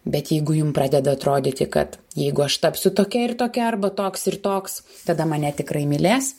bet jeigu jum pradeda atrodyti kad jeigu aš tapsiu tokia ir tokia arba toks ir toks tada mane tikrai mylės